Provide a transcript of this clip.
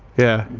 yeah,